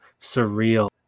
surreal